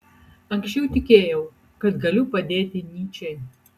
anksčiau tikėjau kad galiu padėti nyčei